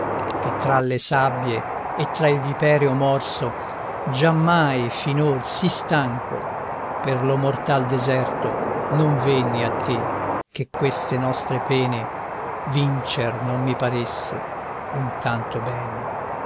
che tra le sabbie e tra il vipereo morso giammai finor sì stanco per lo mortal deserto non venni a te che queste nostre pene vincer non mi paresse un tanto bene